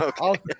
Okay